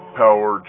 power